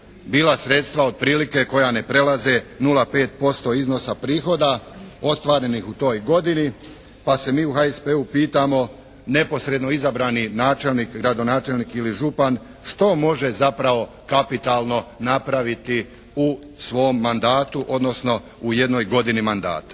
bila sredstva otprilike koja ne prelaze nula pet posto iznosa prihoda ostvarenih u toj godini, pa se mi u HSP-u pitamo neposredno izabrani načelnik, gradonačelnik ili župan što može zapravo kapitalno napraviti u svom mandatu, odnosno u jednoj godini mandata.